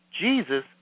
Jesus